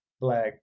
Black